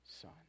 son